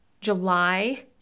July